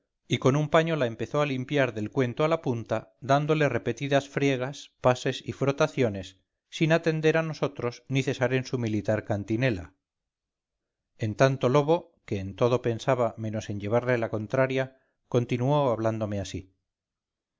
y con un paño la empezó a limpiar del cuento a la punta dándole repetidas friegas pases y frotaciones sin atender a nosotros ni cesar en su militar cantinela en tanto lobo que en todo pensaba menos en llevarle la contraria continuó hablándome así